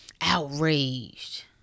outraged